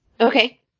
Okay